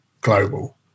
global